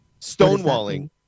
stonewalling